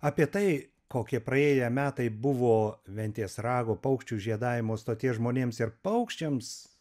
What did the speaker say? apie tai kokie praėję metai buvo ventės rago paukščių žiedavimo stoties žmonėms ir paukščiams